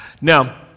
Now